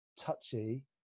touchy